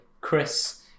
Chris